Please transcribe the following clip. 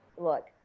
look